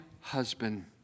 husband